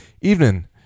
Evening